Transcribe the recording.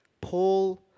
Paul